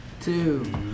two